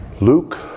Luke